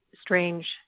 strange